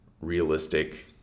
realistic